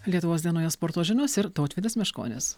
lietuvos dienoje sporto žinios ir tautvydas meškonis